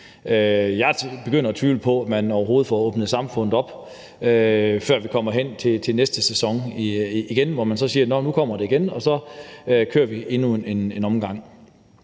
Jeg begynder at tvivle på, at man overhovedet får åbnet samfundet op, før vi kommer hen til næste sæson igen, hvor man så siger: Nå, nu kommer det igen. Og så kører vi endnu en omgang.